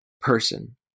person